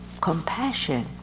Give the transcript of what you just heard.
compassion